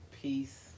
Peace